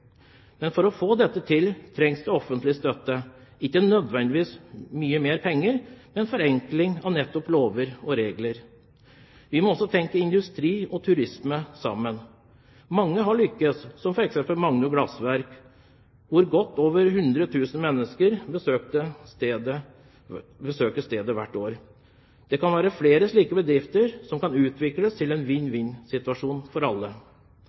Men for å få dette til trengs det offentlig støtte, ikke nødvendigvis mye mer penger, men en forenkling av nettopp lover og regler. Vi må også tenke industri og turisme sammen. Mange har lyktes, som f.eks. Magnor Glassverk, som har godt over 100 000 besøkende hvert år. Det kan være flere slike bedrifter som kan utvikles, slik at det blir en vinn-vinn-situasjon for alle.